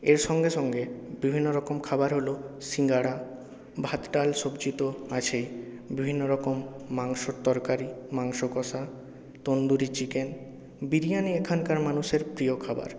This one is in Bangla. এর সঙ্গে সঙ্গে বিভিন্ন রকম খাবার হল সিঙ্গারা ভাত ডাল সবজি তো আছেই বিভিন্ন রকম মাংসর তরকারি মাংস কষা তন্দুরি চিকেন বিরিয়ানি এখানকার মানুষের প্রিয় খাবার